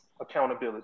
accountability